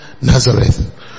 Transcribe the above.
Nazareth